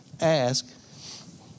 ask